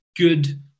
Good